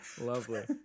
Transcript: Lovely